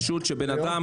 שוב,